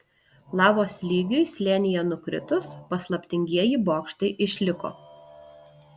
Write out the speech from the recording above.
lavos lygiui slėnyje nukritus paslaptingieji bokštai išliko